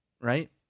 Right